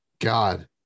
God